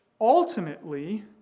ultimately